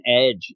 edge